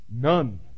none